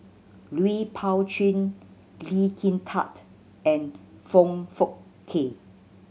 Lui Pao Chuen Lee Kin Tat and Foong Fook Kay